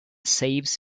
saves